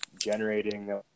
generating